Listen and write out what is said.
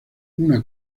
una